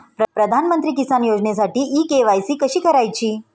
प्रधानमंत्री किसान योजनेसाठी इ के.वाय.सी कशी करायची?